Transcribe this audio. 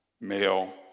male